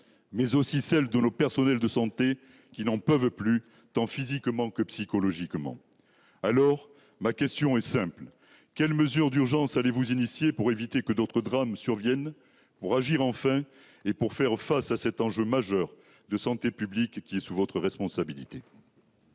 mais aussi celle de nos personnels de santé, qui n'en peuvent plus, tant physiquement que psychologiquement. Alors, ma question est simple : quelles mesures d'urgence allez-vous initier pour éviter que d'autres drames ne surviennent, pour agir enfin et pour faire face à cet enjeu majeur de santé publique qui est sous votre responsabilité ?